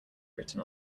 written